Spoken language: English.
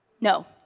No